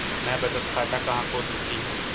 मैं बचत खाता कहां खोल सकती हूँ?